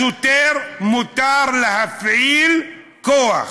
לשוטר מותר להפעיל כוח,